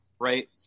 right